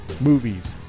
movies